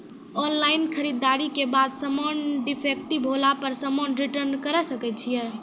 Online खरीददारी के बाद समान डिफेक्टिव होला पर समान रिटर्न्स करे सकय छियै?